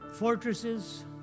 fortresses